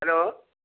hello